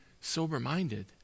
sober-minded